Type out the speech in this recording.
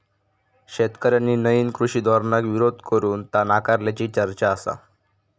शेतकऱ्यांनी नईन कृषी धोरणाक विरोध करून ता नाकारल्याची चर्चा आसा